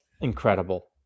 incredible